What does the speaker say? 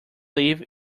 live